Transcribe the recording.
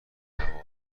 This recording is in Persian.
نوارها